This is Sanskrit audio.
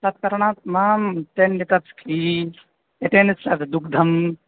तत् करणात् मां टेन् कप्स् घी एतेन स दुग्धं